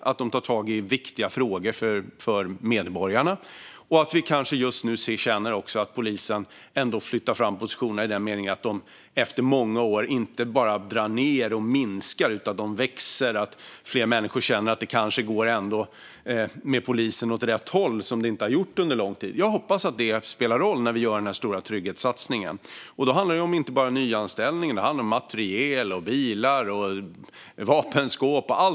Man tar tag i frågor som är viktiga för medborgarna, och vi känner att polisen flyttar fram positionerna i den meningen att man efter många år inte längre drar ned och minskar utan att fler människor känner att utvecklingen när det gäller polisen nu går åt rätt håll. Jag hoppas att det spelar en roll att vi gör den stora trygghetssatsningen. Den handlar inte bara om nyanställningar utan också om materiel, bilar, vapenskåp och annat.